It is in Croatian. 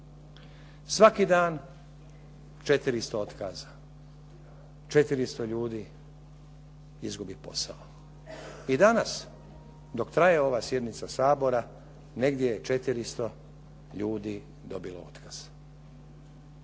Svaki dan 400 otkaza, 400 ljudi izgubi posao. I danas dok traje ova sjednica Sabora negdje je 400 ljudi dobilo otkaz.